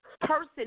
person